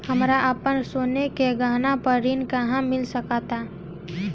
हमरा अपन सोने के गहना पर ऋण कहां मिल सकता?